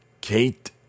Kate